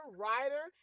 writer